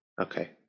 Okay